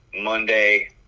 Monday